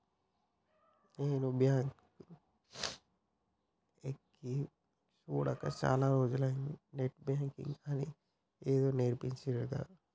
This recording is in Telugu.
నేను బాంకు మొకేయ్ సూడక చాల రోజులైతంది, నెట్ బాంకింగ్ అని ఏదో నేర్పించిండ్రు గదా